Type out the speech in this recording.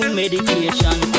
medication